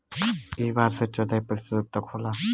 ई बारह से चौदह प्रतिशत तक होला